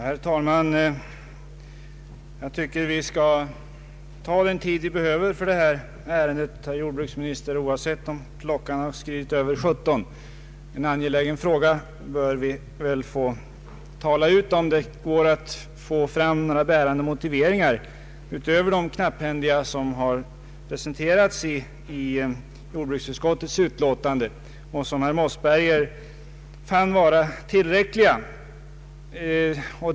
Herr talman! Jag tycker, herr jordbruksminister, att vi skall ta den tid som behövs för detta ärende oavsett om klockan överskridit 17. I en så här angelägen fråga bör vi få tala ut och höra motiveringarna för regeringsförslaget utöver de knapphändiga som presenterats i propositionen och jordbruksutskottets utlåtande även om herr Mossberger fann dem vara tillräckliga.